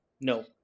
no